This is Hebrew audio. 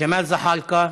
ג'מאל זחאלקה,